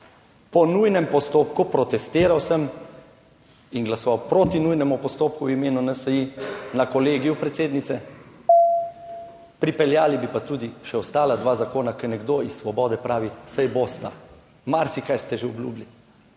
po nujnem postopku: "Protestiral sem in glasoval proti nujnemu postopku v imenu NSi na kolegiju predsednice." Pripeljali bi pa tudi še ostala dva zakona, ker nekdo iz Svobode pravi, saj bosta. Marsikaj ste že obljubili.